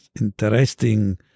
interesting